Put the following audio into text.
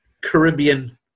Caribbean